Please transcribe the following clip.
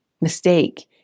mistake